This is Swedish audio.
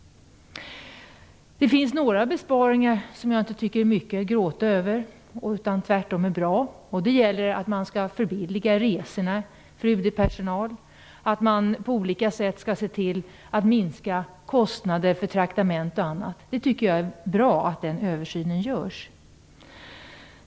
Det finns några besparingar som jag inte tycker är mycket att gråta över. Tvärtom är de bra. Det gäller bl.a. att man skall förbilliga resorna för UD-personal och att man på olika sätt skall se till att kostnaderna för traktamente och annat minskas. Det är bra att den översynen görs.